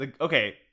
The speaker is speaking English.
Okay